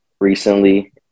recently